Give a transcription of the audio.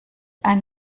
ein